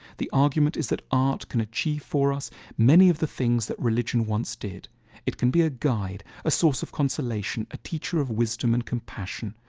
the argument is that art can achieve for us many of the things that religion once did it can be a guide, a source of consolation, a teacher of wisdom and compassion,